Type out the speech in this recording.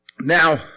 Now